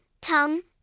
tum